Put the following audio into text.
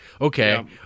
okay